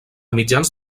mitjans